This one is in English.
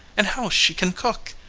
and how she can cook!